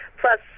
plus